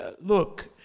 Look